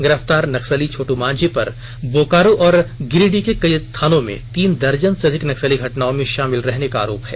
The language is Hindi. गिरफ्तार नक्सली छोटू मांझी पर बोकारो और गिरिडीह के कई थानों में तीन दर्जन से अधिक नक्सली घटनाओं में शामिल रहने का आरोप है